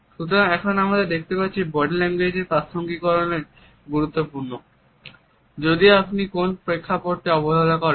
সুতরাং এখন আমরা দেখতে পাচ্ছি যে বডি ল্যাঙ্গুয়েজ এর প্রাসঙ্গিককরণ গুরুত্বপূর্ণ যদি আপনি কোন প্রেক্ষাপটকে অবহেলা করেন